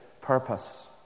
purpose